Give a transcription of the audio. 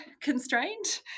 constrained